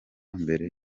mbere